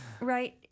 right